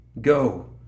Go